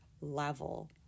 level